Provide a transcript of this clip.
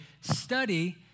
study